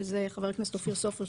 שזה חבר הכנסת אופיר סופר,